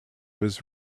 was